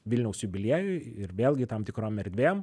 vilniaus jubiliejui ir vėlgi tam tikrom erdvėm